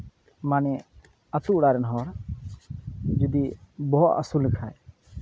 ᱢᱟᱱᱮ ᱟᱛᱳ ᱚᱲᱟᱜ ᱨᱮᱱ ᱦᱚᱲ ᱡᱩᱫᱤ ᱵᱚᱦᱚᱜ ᱦᱟᱹᱥᱩ ᱞᱮᱠᱷᱟᱡ